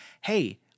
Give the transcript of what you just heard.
Hey